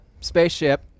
spaceship